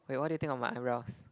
wait what do you think of my eyebrows